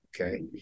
okay